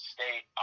State